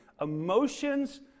Emotions